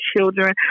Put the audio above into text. children